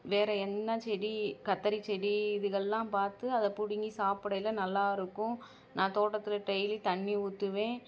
வேறு என்ன செடி கத்தரி செடி இதுங்கெல்லாம் பார்த்து அதை பிடுங்கி சாப்பிடையில நல்லாயிருக்கும் நான் தோட்டத்தில் டெய்லி தண்ணி ஊற்றுவேன்